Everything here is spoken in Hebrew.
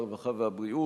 הרווחה והבריאות.